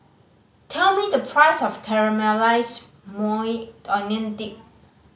tell me the price of Caramelized Maui Onion Dip